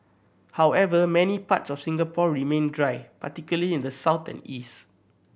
however many parts of Singapore remain dry particularly in the south and east